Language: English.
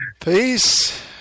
peace